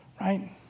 right